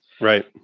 Right